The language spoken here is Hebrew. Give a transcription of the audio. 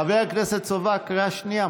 חבר הכנסת סובה, קריאה שנייה.